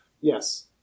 Yes